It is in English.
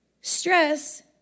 Stress